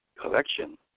collection